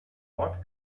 ort